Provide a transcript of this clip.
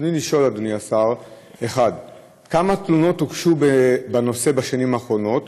רצוני לשאול: 1. כמה תלונות הוגשו בנושא בשנים האחרונות?